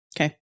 Okay